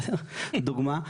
דוגמה,